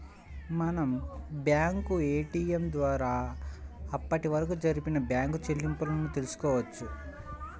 మనం bank ATM ద్వారా అప్పటివరకు జరిపిన బ్యేంకు చెల్లింపులను తెల్సుకోవచ్చు